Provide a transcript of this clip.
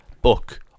book